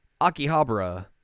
Akihabara